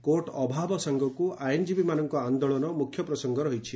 court ଅଭାବ ସାଙ୍ଗକୁ ଆଇନଜୀବୀମାନଙ୍କ ଆନ୍ଦୋଳନ ମୁଖ୍ୟ ପ୍ରସଙ୍ଗ ରହିଛି